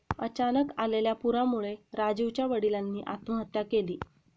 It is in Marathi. अचानक आलेल्या पुरामुळे राजीवच्या वडिलांनी आत्महत्या केली